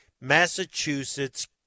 Massachusetts